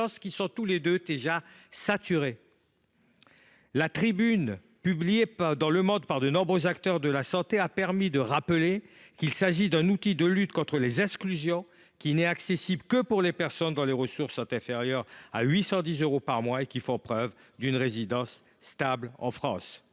lesquels sont déjà saturés. La tribune publiée dans par de nombreux acteurs de la santé a permis de rappeler qu’il « s’agit d’un outil de lutte contre les exclusions qui n’est accessible que pour les personnes dont les ressources sont inférieures à 810 euros par mois et qui font preuve d’une résidence stable en France